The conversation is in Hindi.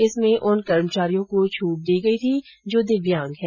इसमें उन कर्मचारियों को छूट दी गई थी जो दिव्यांग हैं